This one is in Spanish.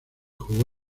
jugó